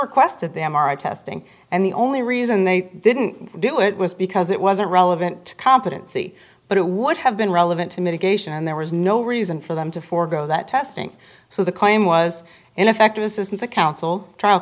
requested the m r i testing and the only reason they didn't do it was because it wasn't relevant to competency but it would have been relevant to mitigation and there was no reason for them to forego that testing so the claim was ineffective assistance of counsel trial